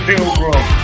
Pilgrim